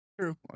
True